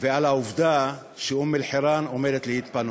ועל העובדה שאום-אלחיראן עומדת להתפנות.